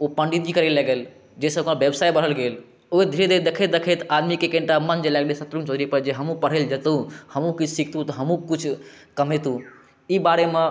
ओ पण्डितगिरी करएले गेल जाहिसँ सभ व्यवसाय बढ़ल गेल ओ धीरे धीरे देखैत देखैत आदमीके कनिटा मन जे लागलै शत्रुघ्न चौधरी पर जे हमहूँ पढ़ैले जैतहुँ हमहूँ किछु सिखतहुँ तऽ हमहूँ कुछ कमैतहुँ ई बारेमे